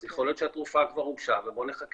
אז יכול להיות שהתרופה כבר הוגשה ובואו נחכה